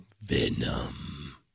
Venom